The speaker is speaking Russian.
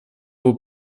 был